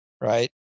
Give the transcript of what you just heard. right